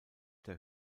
der